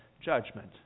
judgment